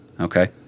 Okay